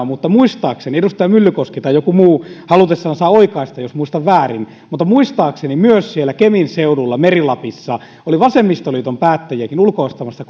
mutta muistaakseni edustaja myllykoski tai joku muu halutessaan saa oikaista jos muistan väärin myös siellä kemin seudulla meri lapissa oli vasemmistoliiton päättäjiäkin ulkoistamassa